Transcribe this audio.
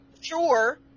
Sure